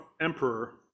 emperor